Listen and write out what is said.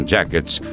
Jackets